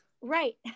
Right